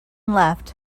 left